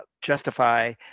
justify